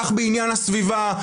כך בעניין הסביבה.